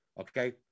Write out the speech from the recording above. Okay